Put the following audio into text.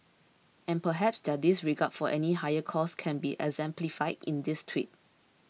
and perhaps their disregard for any higher cause can be exemplified in this tweet